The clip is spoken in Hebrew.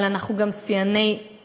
אבל אנחנו גם שיאני עוני,